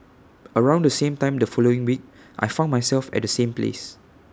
around the same time the following week I found myself at the same place